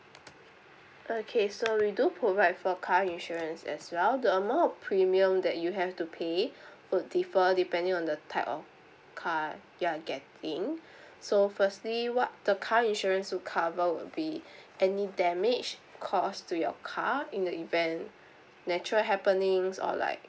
okay so we do provide for car insurance as well the amount of premium that you have to pay would differ depending on the type of car y'all are getting so firstly what the car insurance to cover will be any damage cause to your car in the event natural happenings or like